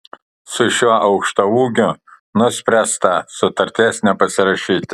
su šiuo aukštaūgiu nuspręsta sutarties nepasirašyti